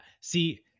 See